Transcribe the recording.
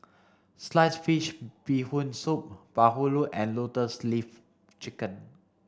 sliced fish bee Hoon soup Bahulu and lotus leaf chicken